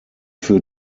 für